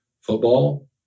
football